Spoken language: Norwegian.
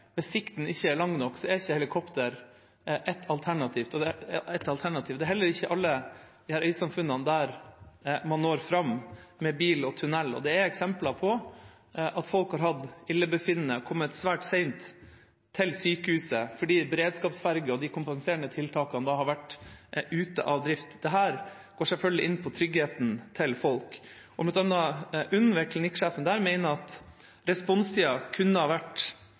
hvis sikten ikke er lang nok, er ikke helikopter et alternativ. Det er heller ikke alle av disse øysamfunnene man når fram til med bil og via tunnel, og det er eksempler på at folk har hatt illebefinnende og kommet svært sent til sykehuset fordi beredskapsferge og de kompenserende tiltakene har vært ute av drift. Dette virker selvfølgelig inn på tryggheten til folk, og bl.a. UNN, ved klinikksjefen der, mener at responstida kunne ha vært